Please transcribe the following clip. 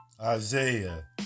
Isaiah